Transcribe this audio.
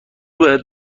بهت